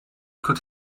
could